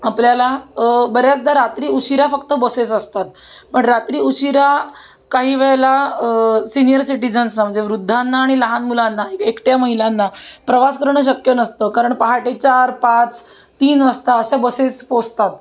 आपल्याला बऱ्याचदा रात्री उशिरा फक्त बसेस असतात पण रात्री उशिरा काही वेळेला सिनियर सिटिझन्सना म्हणजे वृद्धांना आणि लहान मुलांना एकट्या महिलांना प्रवास करणं शक्य नसतं कारण पहाटे चार पाच तीन वाजता अशा बसेस पोहचतात